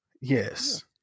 Yes